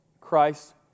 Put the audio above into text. Christ